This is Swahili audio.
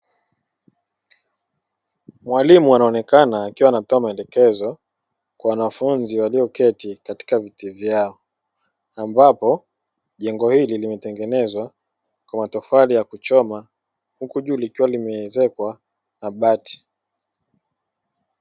Mwalimu anaonekana akiwa anatoa maelekezo kwa wanafunzi walioketi katika viti vyao, ambapo jengo hili limetengenezwa kwa matofali ya kuchoma huku juu likiwa limeezekwa na bati.